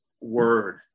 word